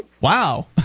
Wow